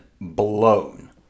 blown